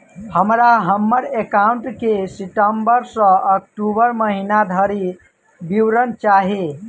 हमरा हम्मर एकाउंट केँ सितम्बर सँ अक्टूबर महीना धरि विवरण चाहि?